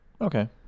Okay